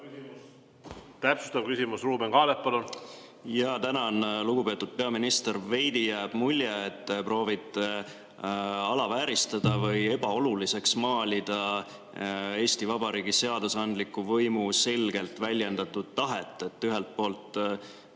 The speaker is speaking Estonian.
Täpsustav küsimus, Ruuben Kaalep, palun! Jaa, tänan! Lugupeetud peaminister! Veidi jääb mulje, et te proovite alavääristada või ebaoluliseks maalida Eesti Vabariigi seadusandliku võimu selgelt väljendatud tahet. Te ütlete,